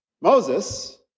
Moses